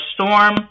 storm